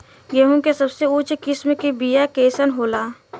गेहूँ के सबसे उच्च किस्म के बीया कैसन होला?